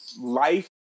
life